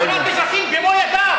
רגע.